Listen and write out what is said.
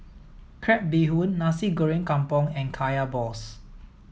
crab bee hoon nasi goreng kampung and kaya balls